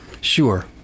Sure